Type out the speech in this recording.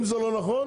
אם זה לא נכון,